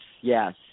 yes